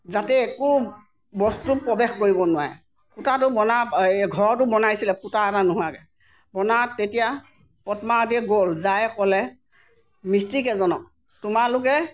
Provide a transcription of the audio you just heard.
যাতে একো বস্তু প্ৰৱেশ কৰিব নোৱাৰে ফুটাটো বনা ঘৰটো বনাইছিলে ফুটা এটা নোহোৱাকৈ বনোৱাত তেতিয়া পদ্মাৱতীয়ে গ'ল যাই ক'লে মিস্ত্ৰীকেইজনক তোমালোকে